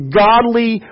godly